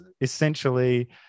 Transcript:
essentially